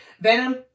Venom